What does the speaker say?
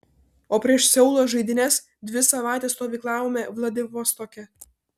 o prieš seulo žaidynes dvi savaites stovyklavome vladivostoke